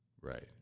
Right